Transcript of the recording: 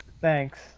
Thanks